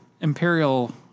imperial